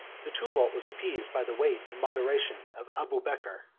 the tumult was appeased by the weight and moderation of abubeker.